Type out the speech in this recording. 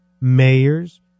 mayors